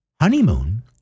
honeymoon